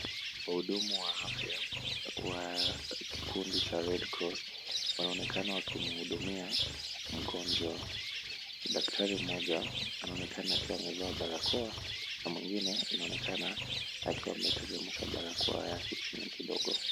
Wahudumu wa afya wa kikundi cha red cross wanaonekana wakimhudumia mgonjwa . Daktari mmoja anaonekana akiwa amevaa barakoa na mwengine inaonekana akiwa ameteremsha barakoa yake chini kidogo